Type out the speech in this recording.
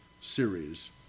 series